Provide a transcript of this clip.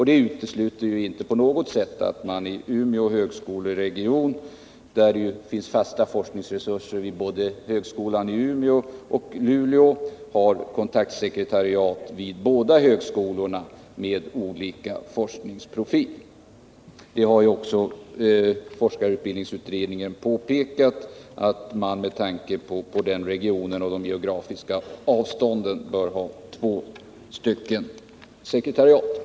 Det utesluter inte på något sätt att man i Umeå högskoleregion, där det finns fasta forskningsresurser vid högskolorna både i Umeå och i Luleå, har kontaktsekretariat vid båda högskolorna med olika forskningsprofil. Forskarutbildningsutredningen har också påpekat att man med tanke på de geografiska avstånden bör ha två sekretariat inom denna region.